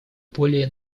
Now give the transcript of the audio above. более